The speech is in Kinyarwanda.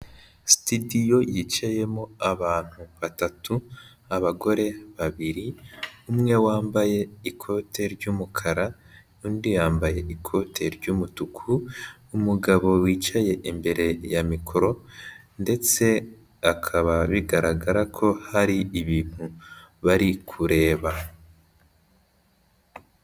Sitidiyo yicayemo abantu batatu, abagore babiri, umwe wambaye ikote ry'umukara, undi yambaye ikote ry'umutuku, umugabo wicaye imbere ya mikoro ndetse akaba bigaragara ko hari ibintu bari kureba.